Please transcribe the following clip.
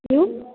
hello